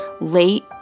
late